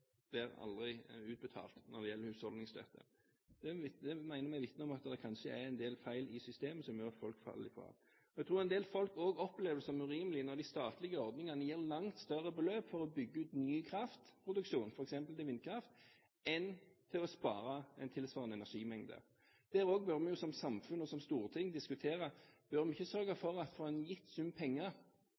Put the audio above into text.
fra Enova, aldri utbetalt. Det mener vi vitner om at det kanskje er en del feil i systemet som gjør at folk faller ifra. Jeg tror en del folk også opplever det som urimelig når de statlige ordningene gir langt større beløp for å bygge ut ny kraftproduksjon f.eks. til vindkraft, enn til å spare en tilsvarende energimengde. Der bør vi også som samfunn og som storting diskutere om vi ikke bør sørge for at man for en gitt sum penger